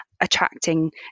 attracting